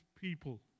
people